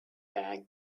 bag